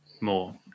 more